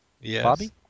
yes